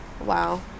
wow